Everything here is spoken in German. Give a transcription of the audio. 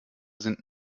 sind